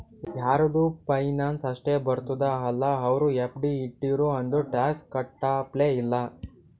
ಯಾರದು ಪೆನ್ಷನ್ ಅಷ್ಟೇ ಬರ್ತುದ ಅಲ್ಲಾ ಅವ್ರು ಎಫ್.ಡಿ ಇಟ್ಟಿರು ಅಂದುರ್ ಟ್ಯಾಕ್ಸ್ ಕಟ್ಟಪ್ಲೆ ಇಲ್ಲ